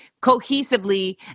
cohesively